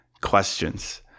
questions